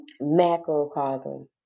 macrocosm